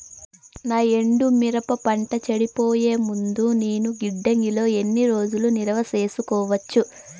నా ఎండు మిరప పంట చెడిపోయే ముందు నేను గిడ్డంగి లో ఎన్ని రోజులు నిలువ సేసుకోవచ్చు?